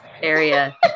area